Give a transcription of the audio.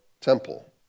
temple